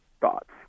thoughts